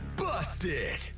busted